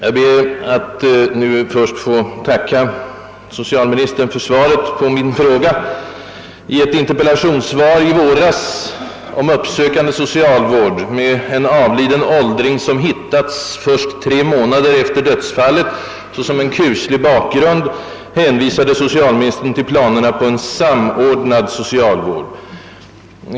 Jag ber att nu först få tacka socialministern för svaret på min fråga. I ett interpellationssvar i våras om uppsökande socialvård — med en avliden åldring, som hittats först tre månader efter dödsfallet som kuslig bakgrund — hänvisade socialministern till planerna på en samordnad socialvård.